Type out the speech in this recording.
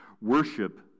Worship